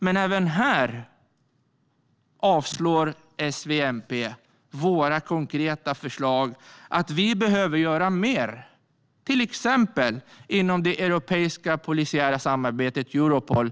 Men även här avslår S, V och MP vårt konkreta förslag om att göra mer inom till exempel det europeiska polisiära samarbetet Europol.